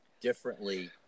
differently